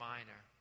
Minor